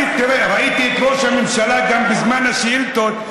תראה, ראיתי את ראש הממשלה, גם בזמן השאילתות,